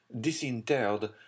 disinterred